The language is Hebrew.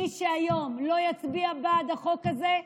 על מי שהיום לא יצביע בעד החוק הזה,